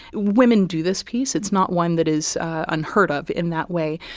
women do this piece. it's not one that is unheard of in that way.